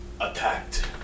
attacked